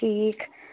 ٹھیٖک